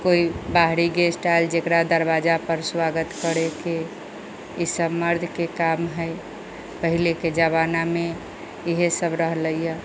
कोइ बाहरी गेस्ट आयल जेकरा दरबाजा पर स्वागत करे के ईसब मर्द के काम है पहिले के जमाना मे इहे सब रहले